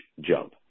jump